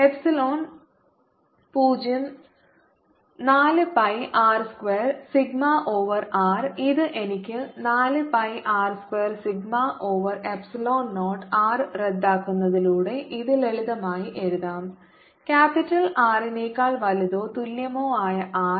epsilon 0 4 pi r square sigma over r ഇത് എനിക്ക് 4 pi r square sigma over epsilon 0 r റദ്ദാക്കുന്നതിലൂടെ ഇത് ലളിതമായി എഴുതാം ക്യാപിറ്റൽ R നേക്കാൾ വലുതോ തുല്യമോ ആയ r